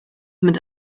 mit